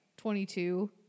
22